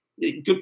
Good